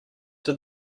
did